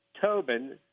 Tobin